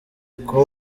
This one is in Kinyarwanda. kuba